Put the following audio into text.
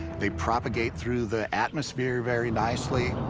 they propagate through the atmosphere very nicely.